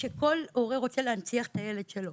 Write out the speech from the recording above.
שכל הורה רוצה להנציח את הילד שלו